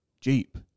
Jeep